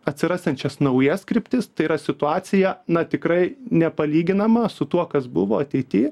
atsirasiančias naujas kryptis tai yra situacija na tikrai nepalyginama su tuo kas buvo ateity